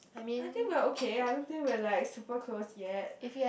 I think we are okay I don't think we are like super close yet